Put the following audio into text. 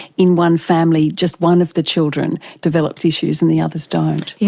in one family just one of the children develops issues and the others don't? yeah